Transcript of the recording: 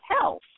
health